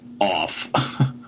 off